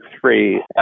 three